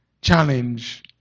challenge